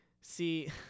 See